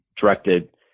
directed